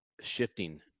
shifting